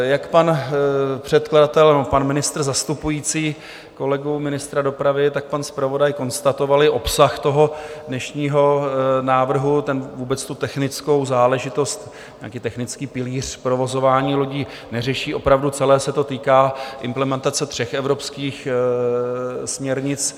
Jak pan předkladatel nebo pan ministr zastupující kolegu, ministra dopravy tak pan zpravodaj konstatovali, obsah dnešního návrhu vůbec tu technickou záležitost, nějaký technický pilíř provozování lodí, neřeší, opravdu celé se to týká implementace tří evropských směrnic.